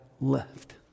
left